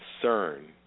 concern